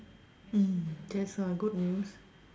mm that's a good news